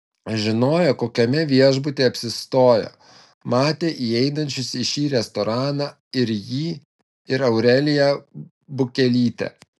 žinojo kokiame viešbutyje apsistojo matė įeinančius į šį restoraną ir jį ir aureliją bukelytę